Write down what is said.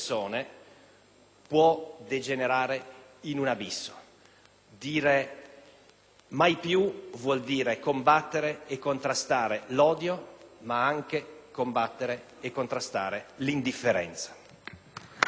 degenerare in un abisso. Dire "mai più" significa combattere e contrastare l'odio, ma anche combattere e contrastare l'indifferenza.